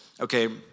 Okay